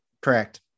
Correct